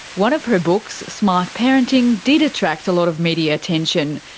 one of her books, smart parenting, did attract a lot of media attention,